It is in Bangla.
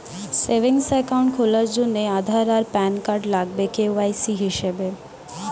সেভিংস অ্যাকাউন্ট খোলার জন্যে আধার আর প্যান কার্ড লাগবে কে.ওয়াই.সি হিসেবে